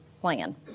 plan